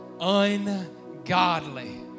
Ungodly